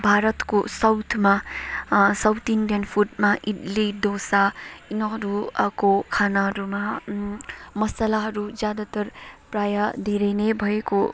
भारतको साउथमा south Indian फुडमा इडली डोसा यिनीहरूको खानाहरूमा मसलाहरू ज्यादातर प्रायः धेरै नै भएको